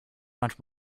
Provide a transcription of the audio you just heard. much